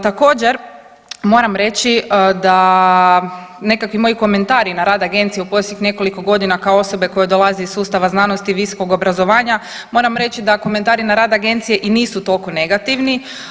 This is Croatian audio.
Također, moram reći da nekakvi moji komentari na rad agencije u posljednjih nekoliko godina kao osobe koja dolazi iz sustava znanosti i visokog obrazovanja moram reći da komentari na rad agencije i nisu toliko negativni.